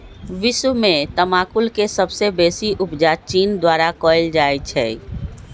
विश्व में तमाकुल के सबसे बेसी उपजा चीन द्वारा कयल जाइ छै